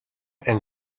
and